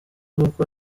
gukwa